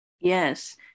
Yes